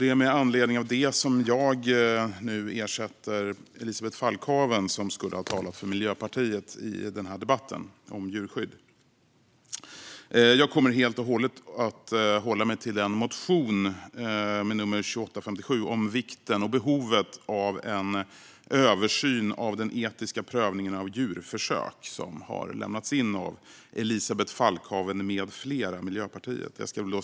Det är med anledning av detta som jag nu ersätter Elisabeth Falkhaven, som skulle ha talat för Miljöpartiets räkning i denna debatt om djurskydd. Jag kommer helt och hållet att tala om motion 2857 som handlar om behovet av en översyn av den etiska prövningen av djurförsök och har lämnats in av Elisabeth Falkhaven med flera i Miljöpartiet.